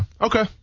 Okay